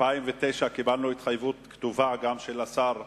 ב-2009 קיבלנו התחייבות כתובה גם של השר הקודם,